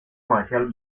marcial